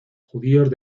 judíos